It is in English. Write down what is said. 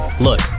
Look